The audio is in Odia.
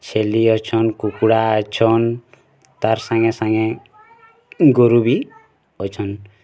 ଛେଲି୍ ଅଛନ୍ କୁକୁଡ଼ା ଅଛନ୍ ତାର୍ ସାଙ୍ଗେ୍ ସାଙ୍ଗେ୍ ଗୋରୁ ବି ଅଛନ୍